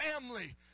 family